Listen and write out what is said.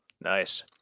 Nice